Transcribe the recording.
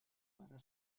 pare